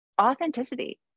authenticity